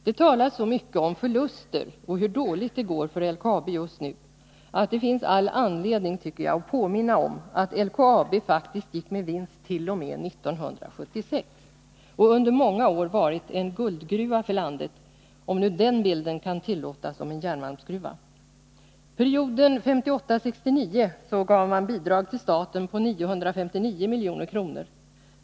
Det talas så mycket om förluster och hur dåligt det går för LKAB just nu att det finns all anledning att påminna om att LKAB faktiskt gick med vinst t.o.m. 1976 och under många år varit en guldgruva för landet — om nu den bilden kan tillåtas om en järnmalmsgruva. Perioden 1958-1969 gav man staten bidrag på 959 milj.kr.